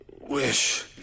wish